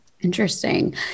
Interesting